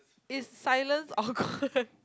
it's silence awkward